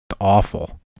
awful